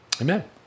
amen